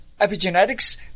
epigenetics